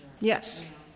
Yes